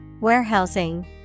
Warehousing